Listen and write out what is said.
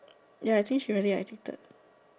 ya I think she really addicted